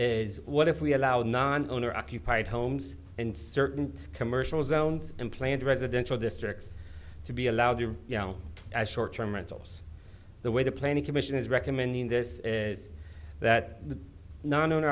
is what if we allowed non owner occupied homes and certain commercial zones unplanned residential districts to be allowed to as short term rentals the way the planning commission is recommending this is that the non own